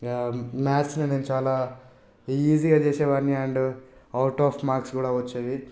మ్యాథ్స్ని నేను చాలా ఈజీగా చేసే వాడిని అండ్ అవుట్ ఆఫ్ మార్క్స్ కూడా వచ్చేవి